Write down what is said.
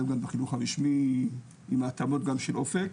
לה בחינוך הרשמי עם התאמות גם של אופק